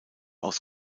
aus